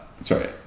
sorry